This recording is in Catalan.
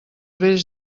vells